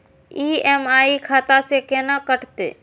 EMI खाता से केना कटते?